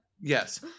yes